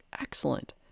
excellent